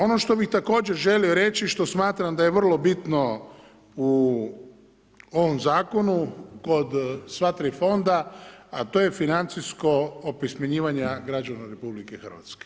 Ono što bi također želio reći, što smatram da je vrlo bitno u ovom zakonu kod sva tri fonda, a to ej financijsko opismenjivanje građana RH.